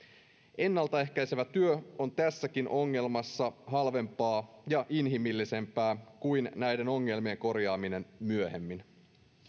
ennalta ehkäisevä työ on tässäkin ongelmassa halvempaa ja inhimillisempää kuin näiden ongelmien korjaaminen myöhemmin